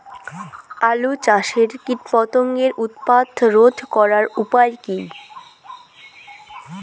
আলু চাষের কীটপতঙ্গের উৎপাত রোধ করার উপায় কী?